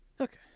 Okay